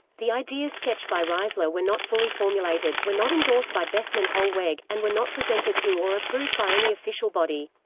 the ideas sketched by riezler were not fully formulated, were not endorsed by bethmann-hollweg, and were not presented to or approved by any official body.